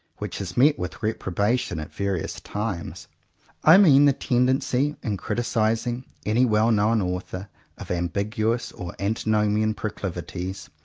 which has met with reprobation at various times i mean the tendency, in criticising any well known author of ambiguous or antinomian proclivities,